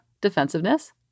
defensiveness